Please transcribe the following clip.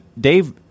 Dave